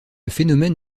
phénomène